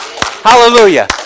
Hallelujah